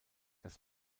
das